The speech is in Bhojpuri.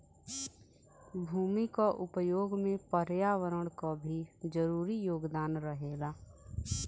भूमि क उपयोग में पर्यावरण क भी जरूरी योगदान रहेला